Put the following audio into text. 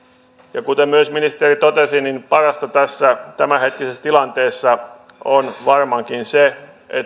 ja kuten myös ministeri totesi parasta tässä tämänhetkisessä tilanteessa on varmaankin se